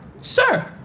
Sir